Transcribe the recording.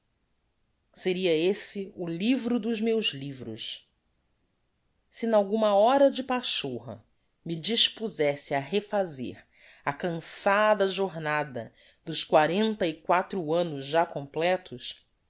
seria esse o livro dos meus livros si n'alguma hora de pachorra me dispuzesse á refazer a cançada jornada dos quarenta e quatro annos já completos